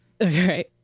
okay